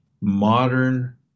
modern